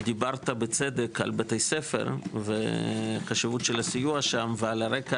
דיברת בצדק על בתי ספר וחשיבות הסיוע שם ועל רקע